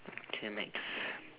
okay next